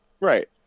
Right